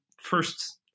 first